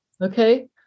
Okay